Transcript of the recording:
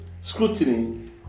scrutiny